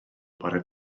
bore